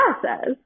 process